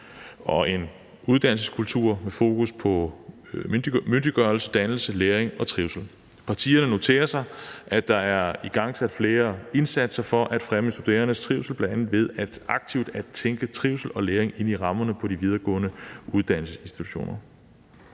og en uddannelseskultur med fokus på myndiggørelse, dannelse, læring og trivsel. Partierne noterer sig, at der er igangsat flere indsatser for at fremme studerendes trivsel bl.a. ved aktivt at tænke trivsel og læring ind i rammerne på de videregående uddannelsesinstitutioner,